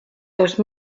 dos